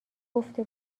گفته